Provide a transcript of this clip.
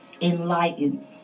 enlightened